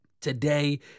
today